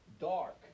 dark